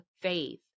faith